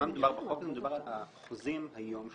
בחוק הזה מדובר על החוזים היום שלכם,